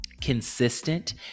consistent